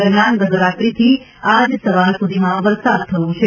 દરમ્યાન ગત રાત્રીથી આજ સવાર સુધીમાં વરસાદ થયો છે